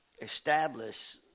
establish